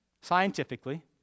scientifically